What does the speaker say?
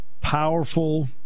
Powerful